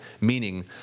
Meaning